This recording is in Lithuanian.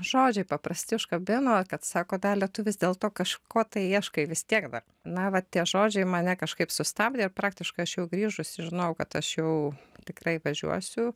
žodžiai paprasti užkabino kad sako dalia tu vis dėlto kažko tai ieškai vis tiek dar na va tie žodžiai mane kažkaip sustabdė ir praktiškai aš jau grįžusi sužinojau kad aš jau tikrai važiuosiu